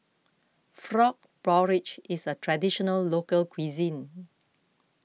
Frog Porridge is a Traditional Local Cuisine